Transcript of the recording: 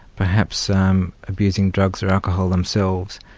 perhaps um abusing drugs or alcohol themselves,